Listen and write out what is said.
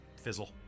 fizzle